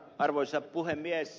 arvoisa puhemies